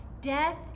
Death